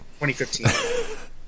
2015